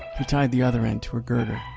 he tied the other end to a girder